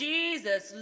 Jesus